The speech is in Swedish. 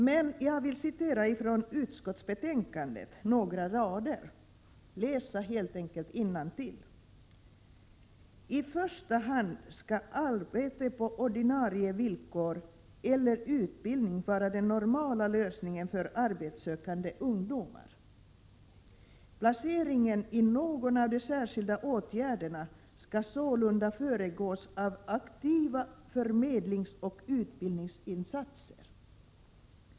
Jag vill emellertid citera några rader ur utskottsbetänkandet — helt enkelt läsa innantill: ”I första hand skall arbete på ordinarie villkor eller utbildning vara den normala lösningen för arbetssökande ungdomar. Placeringen i någon av de särskilda åtgärderna skall sålunda föregås av aktiva förmedlingsoch utbildningsinsatser.